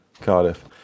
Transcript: Cardiff